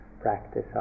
practice